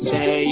Say